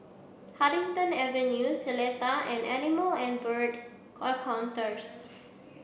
Huddington Avenue Seletar and Animal and Bird Encounters